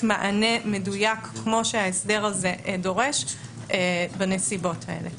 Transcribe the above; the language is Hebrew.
מענה מדויק כמו שההסדר הזה דורש בנסיבות האלה.